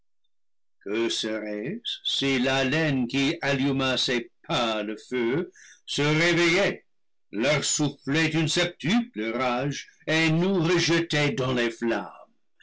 que serait-ce si l'haleine qui alluma ces pâles feux se réveillait leur soufflait une septuple rage et nous rejetait dans les flammes